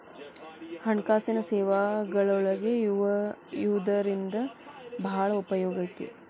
ಹಣ್ಕಾಸಿನ್ ಸೇವಾಗಳೊಳಗ ಯವ್ದರಿಂದಾ ಭಾಳ್ ಉಪಯೊಗೈತಿ?